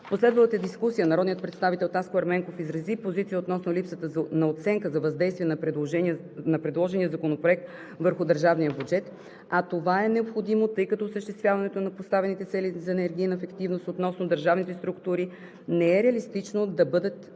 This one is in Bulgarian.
последвалата дискусия народният представител Таско Ерменков изрази позиция относно липсата на оценка за въздействие на предложения Законопроект върху държавния бюджет, а това е необходимо, тъй като осъществяването на поставените цели за енергийна ефективност относно държавните структури не е реалистично да бъдат